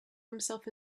himself